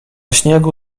śniegu